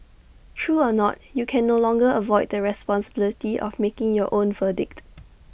true or not you can no longer avoid the responsibility of making your own verdict